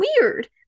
weird